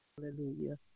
Hallelujah